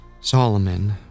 Solomon